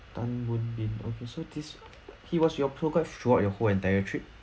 tan boon bin okay so this he was your tour guide throughout your whole entire trip